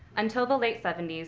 until the late seventy s,